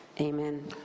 Amen